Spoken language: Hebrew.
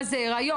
מה זה הריון,